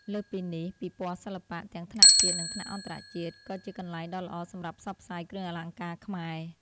លើសពីនេះ ពិព័រណ៍សិល្បៈ ទាំងថ្នាក់ជាតិ និងថ្នាក់អន្តរជាតិ ក៏ជាកន្លែងដ៏ល្អសម្រាប់ផ្សព្វផ្សាយគ្រឿងអលង្ការខ្មែរ។